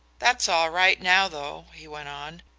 that's all right now, though, he went on.